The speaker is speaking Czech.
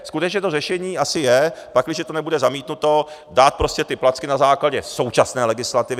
Skutečně to řešení asi je, pakliže to nebude zamítnuto, dát prostě ty placky na základě současné legislativy.